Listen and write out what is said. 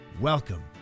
Welcome